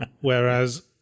whereas